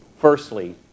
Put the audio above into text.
Firstly